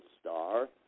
star